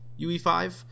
UE5